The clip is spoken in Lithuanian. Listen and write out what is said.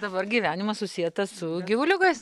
dabar gyvenimas susietas su gyvuliukais